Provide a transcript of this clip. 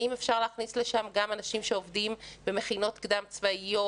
האם אפשר להכניס לשם גם אנשים שעובדים במכינות קדם צבאיות,